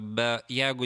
be jeigu